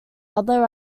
other